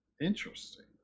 Interesting